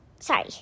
Sorry